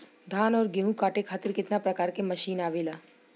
धान और गेहूँ कांटे खातीर कितना प्रकार के मशीन आवेला?